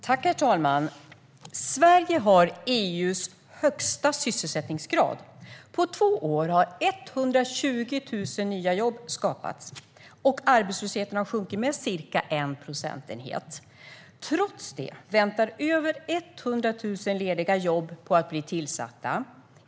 Herr talman! Sverige har EU:s högsta sysselsättningsgrad. På två år har 120 000 nya jobb skapats, och arbetslösheten har sjunkit med ca 1 procentenhet. Trots det väntar över 100 000 lediga jobb på att bli tillsatta.